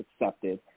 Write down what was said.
accepted